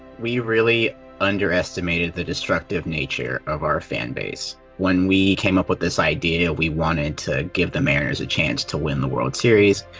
we really underestimated the destructive nature of our fan base. when we came up with this idea, we wanted to give the mariners a chance to win the world series,